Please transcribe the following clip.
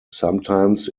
sometimes